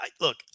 Look